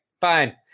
fine